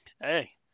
hey